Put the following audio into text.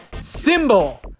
symbol